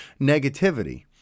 negativity